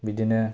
बिदिनो